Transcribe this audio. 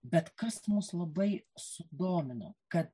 bet kas mus labai sudomino kad